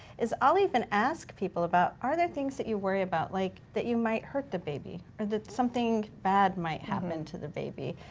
is i'll even ask people about, are there things that you worry about, like that you might hurt the baby? that something bad might happen to the baby?